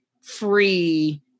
free